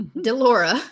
Delora